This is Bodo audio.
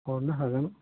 हरनो हागोन